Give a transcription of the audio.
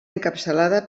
encapçalada